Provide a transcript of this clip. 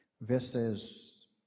Verses